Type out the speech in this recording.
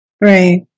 Right